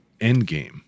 Endgame